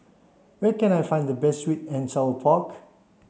where can I find the best sweet and sour pork